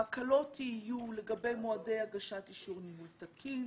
ההקלות יהיו לגבי מועדי הגשת אישור ניהול תקין,